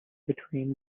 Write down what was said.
between